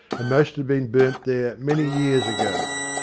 and most had been burnt there many years ago.